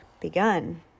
begun